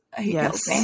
yes